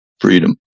freedom